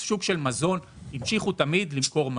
שוק המזון המשיכו תמיד למכור מזון.